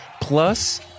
plus